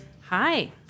Hi